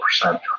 percent